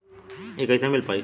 इ कईसे मिल पाई?